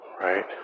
right